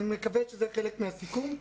אני מקווה שזה חלק מן הסיכום.